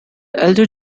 elder